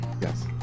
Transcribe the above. Yes